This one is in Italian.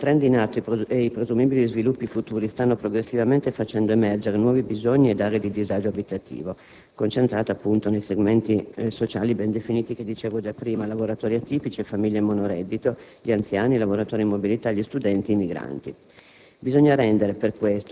Il *trend* in atto e i presumibili sviluppi futuri stanno progressivamente facendo emergere nuovi bisogni ed aree di disagio abitativo, concentrati nei segmenti sociali ben definiti rappresentati, come dicevo prima, da lavoratori atipici, famiglie monoreddito, anziani, lavoratori in mobilità, studenti e migranti.